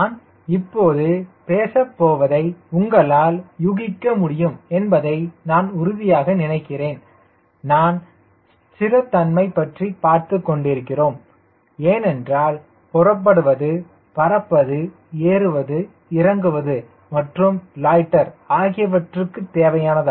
நான் இப்போது பேசப் போவதை உங்களால் யூகிக்க முடியும் என்பதை நான் உறுதியாக நினைக்கிறேன் நான் ஸ்திரத்தன்மை பற்றி பார்த்துக் கொண்டிருக்கிறோம் ஏனென்றால் புறப்படுவது பறப்பது ஏறுவது இறங்குவது மற்றும் லாய்ட்டர் ஆகியவற்றுக்கு தேவையானது